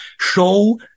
show